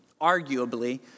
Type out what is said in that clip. arguably